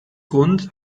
grund